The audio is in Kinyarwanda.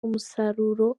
umusaruro